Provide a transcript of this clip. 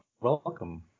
welcome